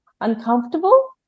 uncomfortable